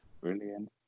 Brilliant